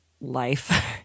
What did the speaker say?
life